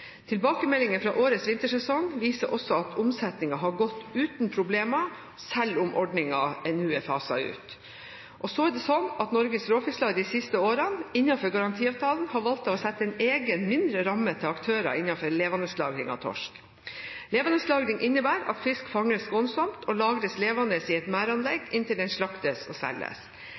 fra årets vintersesong viser også at omsetningen har gått uten problemer, selv om ordningen nå er faset ut. Så er det slik at Norges Råfisklag de siste årene, innenfor garantiavtalen, har valgt å sette av en egen, mindre ramme til aktører innen levendelagring av torsk. Levendelagring innebærer at fisk fanges skånsomt og lagres levende i et